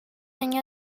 año